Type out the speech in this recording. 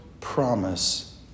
promise